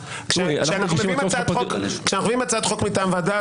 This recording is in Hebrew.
כשאנחנו מביאים הצעת חוק מטעם ועדה,